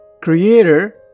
creator